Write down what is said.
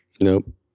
Nope